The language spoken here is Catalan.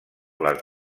les